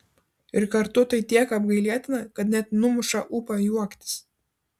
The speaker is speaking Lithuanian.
ir kartu tai tiek apgailėtina kad net numuša ūpą juoktis